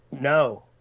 No